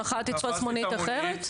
ומחר תתפוס מונית אחרת.